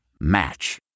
Match